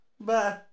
Bye